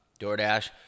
DoorDash